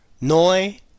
Noi